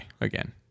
again